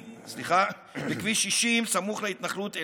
בכביש 60, סמוך להתנחלות עלי,